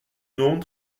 non